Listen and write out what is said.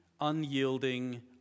unyielding